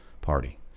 Party